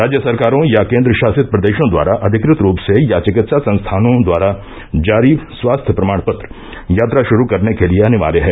राज्य सरकारों या केन्द्रशासित प्रदेशों द्वारा अधिकृत रूप से या चिकित्सा संस्थानों द्वारा जारी स्वास्थ्य प्रमाण पत्र यात्रा शुरू करने के लिए अनिवार्य है